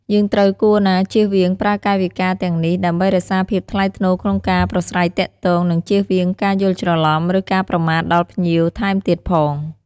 យើងត្រូវគួរណាជៀសវាងប្រើកាយវិការទាំងនេះ ដើម្បីរក្សាភាពថ្លៃថ្នូរក្នុងការប្រាស្រ័យទាក់ទង និងជៀសវាងការយល់ច្រឡំ ឬការប្រមាថដល់ភ្ញៀវថែមទៀតផង។